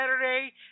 Saturday